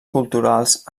culturals